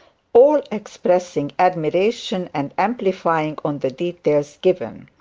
all expressing admiration and amplifying on the details given.